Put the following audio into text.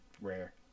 Rare